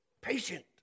patient